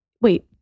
wait